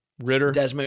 Ritter